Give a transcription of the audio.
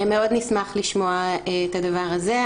מאוד נשמח לשמוע את הדבר הזה.